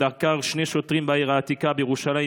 דקר שני שוטרים בעיר העתיקה בירושלים,